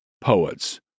poets